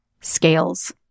scales